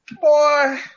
Boy